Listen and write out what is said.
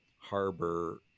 harbor